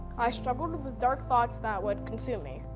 i struggled with dark thoughts that would consume me.